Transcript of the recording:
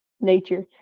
nature